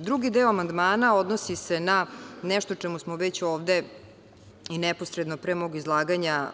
Drugi deo amandmana se odnosi na nešto o čemu smo ovde već i neposredno pre mog izlaganja